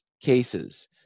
cases